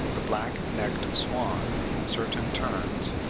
the black-necked swan, certain terns,